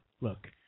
Look